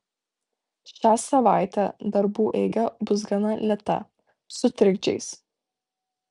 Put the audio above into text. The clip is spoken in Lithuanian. šią savaitę darbų eiga bus gana lėta su trikdžiais